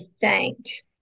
thanked